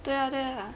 对啊对啊